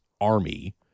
army